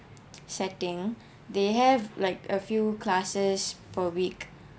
setting they have like a few classes for a week